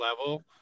level